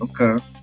Okay